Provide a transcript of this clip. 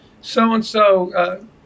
so-and-so